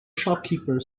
shopkeeper